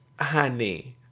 Honey